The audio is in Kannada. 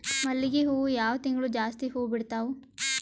ಮಲ್ಲಿಗಿ ಹೂವು ಯಾವ ತಿಂಗಳು ಜಾಸ್ತಿ ಹೂವು ಬಿಡ್ತಾವು?